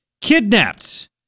kidnapped